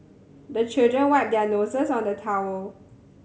the children wipe their noses on the towel